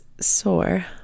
sore